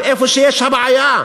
איפה שיש בעיה.